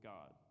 God